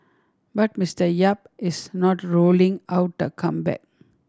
but Mister Yap is not ruling out a comeback